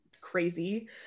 crazy